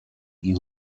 you